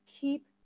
keep